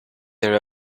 their